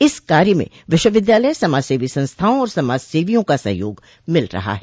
इस कार्य में विश्वविद्यालय समाजसेवी संस्थाओं और समाजसेवियों का सहयोग मिल रहा है